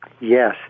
Yes